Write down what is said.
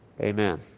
Amen